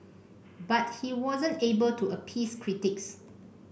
but he wasn't able to appease critics